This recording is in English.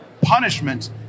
punishment